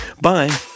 Bye